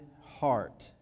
heart